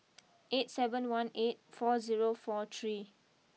eight seven one eight four zero four three